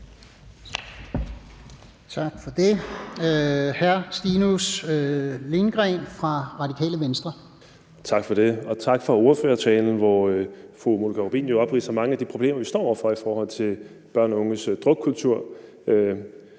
Tak for det. Hr. Stinus Lindgren fra Radikale Venstre. Kl. 13:45 Stinus Lindgreen (RV): Tak for det, og tak for ordførertalen, hvor fru Monika Rubin jo opridser mange af de problemer, vi står over for i forhold til børns og unges drukkultur,